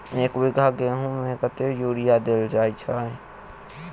एक बीघा गेंहूँ मे कतेक यूरिया देल जाय छै?